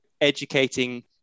educating